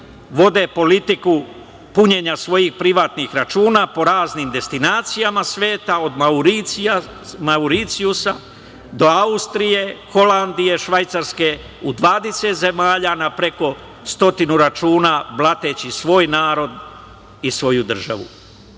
vode politiku punjenja svojih privatnih računa po raznim destinacijama sveta, od Mauricijusa, do Austrije, Holandije, Švajcarske u 20 zemalja na preko stotinu računa blateći svoj narod i svoju državu. Uveren